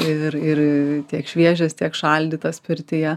ir ir tiek šviežias tiek šaldytas pirtyje